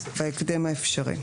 בהקדם האפשרי.